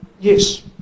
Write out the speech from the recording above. yes